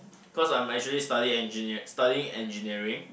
cause I'm actually study engineer studying engineering